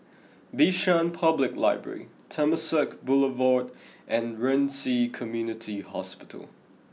Bishan Public Library Temasek Boulevard and Ren Ci Community Hospital